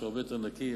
שהוא הרבה יותר נקי,